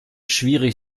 schwierig